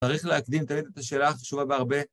צריך להקדים כעת את השאלה החשובה בהרבה.